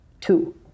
two